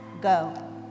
go